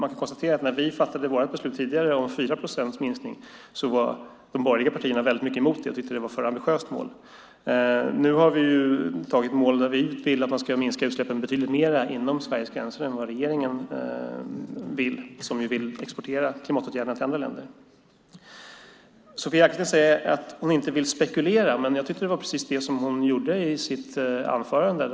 När vi fattade vårt beslut tidigare om 4 procents minskning var de borgerliga partierna väldigt mycket emot det och tyckte att det var ett för ambitiöst mål. Vi vill att vi ska minska utsläppen betydligt mer inom Sveriges gränser än vad regeringen vill, som ju vill exportera klimatåtgärderna till andra länder. Sofia Arkelsten säger att hon inte vill spekulera, men jag tycker att det var precis det som hon gjorde i sitt anförande.